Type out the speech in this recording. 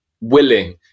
willing